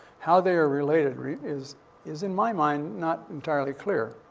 how they are related is is, in my mind, not entirely clear.